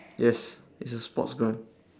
yes it's a sports grant